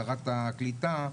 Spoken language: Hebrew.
שרת הקליטה,